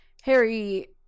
Harry